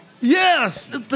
Yes